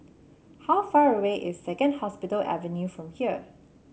how far away is Second Hospital Avenue from here